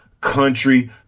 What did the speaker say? country